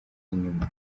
inyuma